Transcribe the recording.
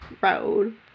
road